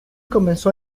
comenzó